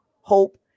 hope